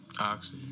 Oxy